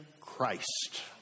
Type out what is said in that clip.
Christ